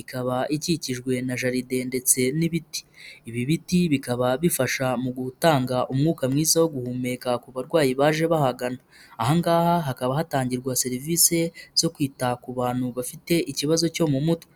ikaba ikikijwe na jaride ndetse n'ibiti. Ibi biti bikaba bifasha mu gutanga umwuka mwiza wo guhumeka ku barwayi baje bahagana. Aha ngaha hakaba hatangirwa serivisi zo kwita ku bantu bafite ikibazo cyo mu mutwe.